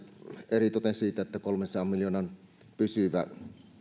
eritoten siitä että kolmensadan miljoonan pysyvä